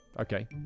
okay